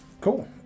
Cool